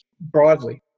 Broadly